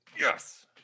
Yes